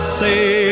say